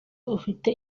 ufite